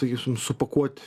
sakysim supakuot